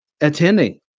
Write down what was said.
attending